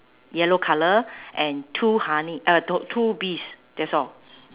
yellow colour and two honey uh no two bees that's all